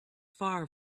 far